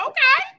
Okay